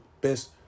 best